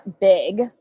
big